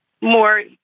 more